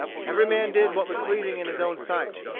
every man did what was pleasing in his own sight.